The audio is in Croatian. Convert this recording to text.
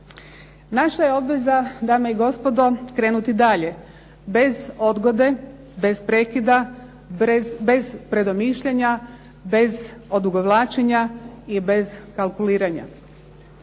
Naša je obveza dame i gospodo krenuti dalje bez odgode, bez prekida, bez predomišljanja, bez odugovlačenja i bez kalkuliranja.